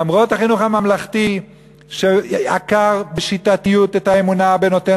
למרות החינוך הממלכתי שעקר בשיטתיות את האמונה בנותן